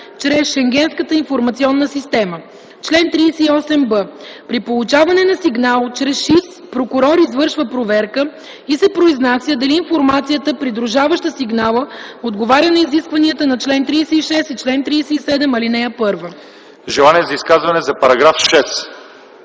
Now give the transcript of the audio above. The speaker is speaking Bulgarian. чрез Шенгенската информационна система. Чл. 38б. При получаване на сигнал чрез ШИС прокурор извършва проверка и се произнася дали информацията, придружаваща сигнала, отговаря на изискванията на чл. 36 и чл. 37, ал. 1.” ПРЕДСЕДАТЕЛ ЛЪЧЕЗАР